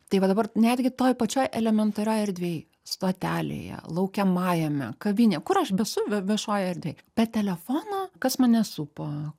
tai va dabar netgi toj pačioj elementarioj erdvėj stotelėje laukiamajame kavinėj kur aš besu viešoj erdvėj be telefono kas mane supa